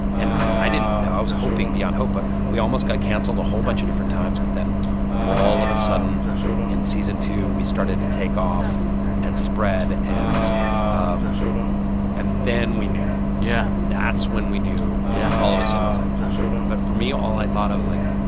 and i i didn't know. i was hoping beyond hope. but we almost got canceled a whole bunch of different times. but then all of a sudden in season two, we started to take off and spread. and um and then we knew yeah that's when we knew yeah all of a sudden, i was like, oh, my god. but for me, all i thought of i was like,